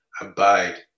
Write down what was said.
abide